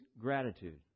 gratitude